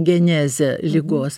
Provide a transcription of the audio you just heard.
genezė ligos